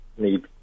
need